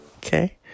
Okay